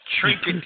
trinket